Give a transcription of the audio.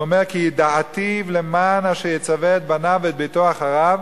הוא אומר: כי ידעתיו למען אשר יצווה את בניו וביתו אחריו